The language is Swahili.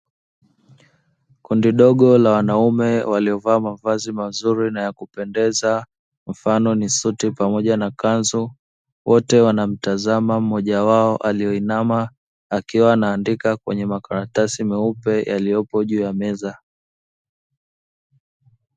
Kundi dogo la wanaume waliyovaa mavazi mazuri na ya kupendeza mfano ni suti pamoja na kanzu, wote wanamtazama mmoja wao aliyoinama akiwa anaandika kwenye makaratasi meupe yaliyopo juu ya meza.